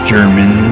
German